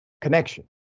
connection